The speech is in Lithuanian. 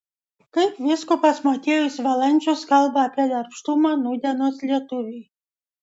kaip vyskupas motiejus valančius kalba apie darbštumą nūdienos lietuviui